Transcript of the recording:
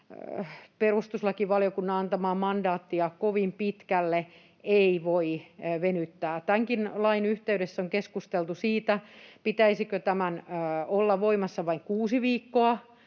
perustuslakivaliokunnan antamaa mandaattia ei voi venyttää kovin pitkälle. Tämänkin lain yhteydessä on keskusteltu siitä, pitäisikö tämän olla voimassa vain kuusi viikkoa